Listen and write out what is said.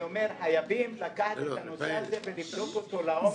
חייבים לקחת את הנושא הזה ולסרוק אותו לעומק.